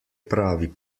pravi